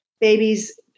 babies